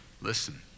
Listen